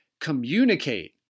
communicate